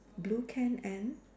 blue can and